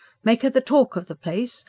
make her the talk of the place?